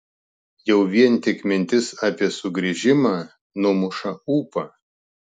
jau vien tik mintis apie sugrįžimą numuša ūpą